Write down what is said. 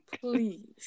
Please